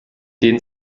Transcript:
den